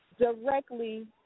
Directly